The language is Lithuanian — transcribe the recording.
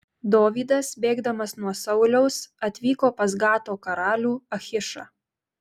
dovydas bėgdamas nuo sauliaus atvyko pas gato karalių achišą